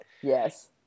Yes